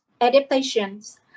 adaptations